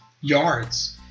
yards